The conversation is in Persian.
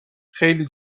خیلی